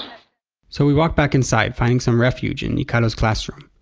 so we walked back inside, finding some refuge in yikealo's classroom.